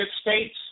states